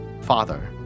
father